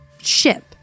ship